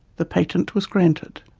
the patent was granted.